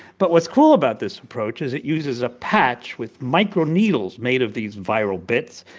but what's cool about this approach is it uses a patch with microneedles made of these viral bits,